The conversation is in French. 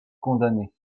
condamnée